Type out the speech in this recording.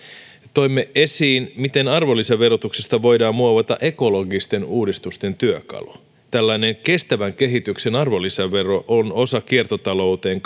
toimme esiin miten arvonlisäverotuksesta voidaan muovata ekologisten uudistusten työkalu tällainen kestävän kehityksen arvonlisävero on osa kiertotalouteen